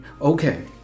Okay